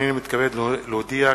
הנני מתכבד להודיע,